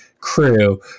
crew